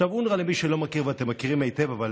אונר"א, למי שלא מכיר, ואתם מכירים היטב, אבל